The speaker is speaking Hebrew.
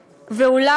ואולם,